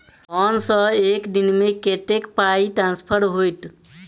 Phone सँ एक दिनमे कतेक पाई ट्रान्सफर होइत?